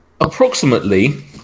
Approximately